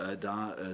da